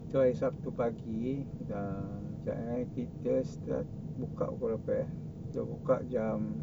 tu hari sabtu pagi uh kejap eh kita start buka pukul berapa eh dia buka jam